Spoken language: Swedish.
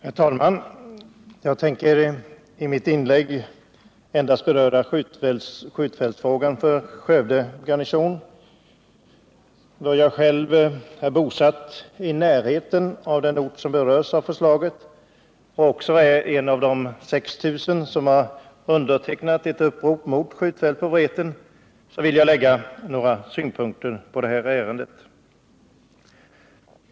Herr talman! Jag tänker i mitt inlägg endast beröra skjutfältsfrågan för Skövde garnison. Då jag själv är bosatt i den trakt som berörs av förslaget och ären av de 6 000 som har undertecknat ett upprop mot skjutfält på Vreten vill jag anföra några synpunkter på detta ärende.